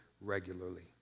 regularly